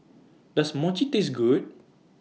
Does Mochi Taste Good